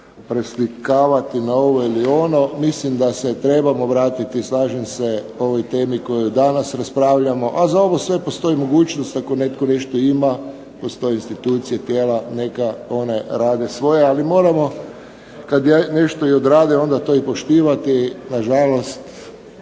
to preslikavati na ovo ili ono. Mislim da se trebamo vratiti, slažem se ovoj temi koju danas raspravljamo, a za ovo sve postoji mogućnost ako netko nešto ima postoji institucije, tijela neka, one rade svoje. Ali moramo kad nešto i odrade onda i to poštivati. Nažalost,